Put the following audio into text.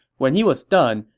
when he was done,